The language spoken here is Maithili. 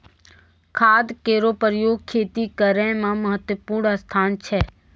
खाद केरो प्रयोग खेती करै म महत्त्वपूर्ण स्थान छै